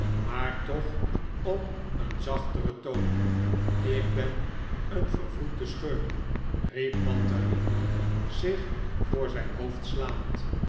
maar toch op een zachteren toon ik ben een vervloekte schurk riep mantalini zich voor zijn hoofd slaand